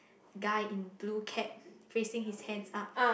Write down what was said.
guy in blue cap facing his hands up